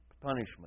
punishment